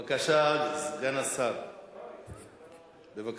בבקשה, סגן השר, בבקשה.